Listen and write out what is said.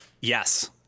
Yes